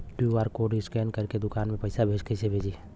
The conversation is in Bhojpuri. क्यू.आर कोड स्कैन करके दुकान में पैसा कइसे भेजी?